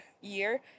year